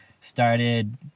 Started